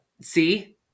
See